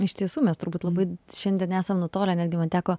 iš tiesų mes turbūt labai šiandien esam nutolę netgi man teko